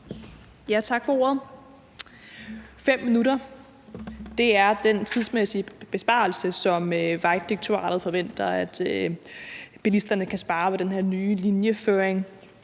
Tak for ordet. 5 minutter er den tidsmæssige besparelse, som Vejdirektoratet forventer bilisterne kan spare ved den her nye linjeføring.